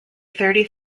thirty